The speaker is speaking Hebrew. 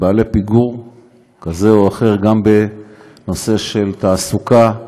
פיגור כזה או אחר, גם בנושא של תעסוקה,